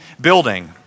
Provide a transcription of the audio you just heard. building